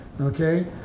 Okay